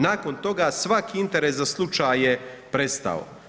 Nakon toga svaki interes za slučaj je prestao.